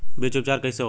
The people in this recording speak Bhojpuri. बीज उपचार कइसे होखे?